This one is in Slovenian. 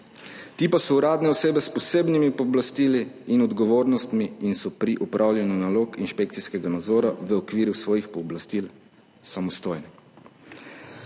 Ti so uradne osebe s posebnimi pooblastili in odgovornostmi in so pri opravljanju nalog inšpekcijskega nadzora v okviru svojih pooblastil samostojni.